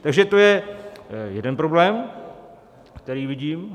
Takže to je jeden problém, který vidím.